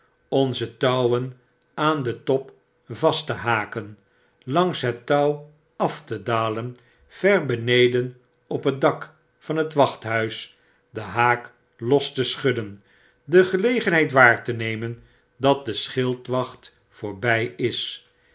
onze touwen aan den top vast te haken langs het touw af te dalen ver benedenophet dak van het wachthuis den haak los te schudden de gelegenheid waar te nemen dat de schildwacbt voorbij is